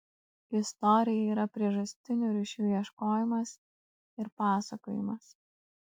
istorija yra priežastinių ryšių ieškojimas ir pasakojimas